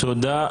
תודה.